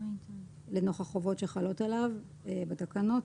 לנוכח חובות שחלות עליו בתקנות.